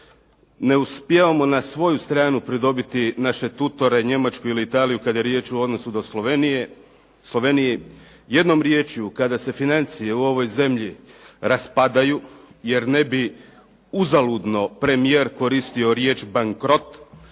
ne uspijevamo na svoju stranu pridobiti naše tutore Njemačku ili Italiju kada je riječ u odnosu do Slovenije. Jednom riječju, kada se financije u ovoj zemlji raspadaju jer ne bi uzaludno premijer koristio riječ bankrot,